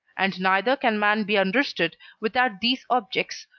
and neither can man be understood without these objects,